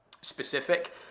specific